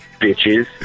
Bitches